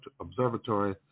Observatory